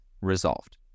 resolved